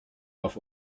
auf